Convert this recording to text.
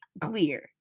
clear